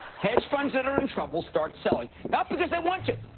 hedge-funds that are in trouble start selling, not because they want to,